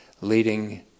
leading